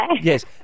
Yes